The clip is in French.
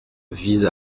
vise